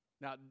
Now